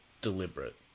deliberate